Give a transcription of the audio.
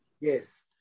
Yes